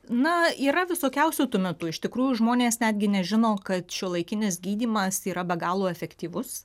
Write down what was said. na yra visokiausių tuo metu iš tikrųjų žmonės netgi nežino kad šiuolaikinis gydymas yra be galo efektyvus